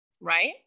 right